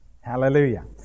Hallelujah